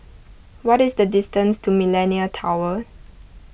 what is the distance to Millenia Tower